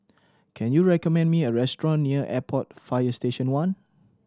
can you recommend me a restaurant near Airport Fire Station One